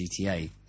GTA